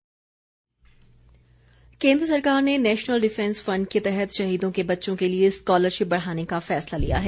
cabinet केन्द्र सरकार ने नैशनल डिफैंस फंड के तहत शहीदों के बच्चों के लिए स्कॉलरशिप बढ़ाने का फैसला लिया है